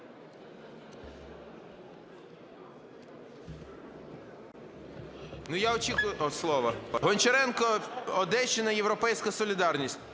Гончаренко, Одещина, "Європейська солідарність".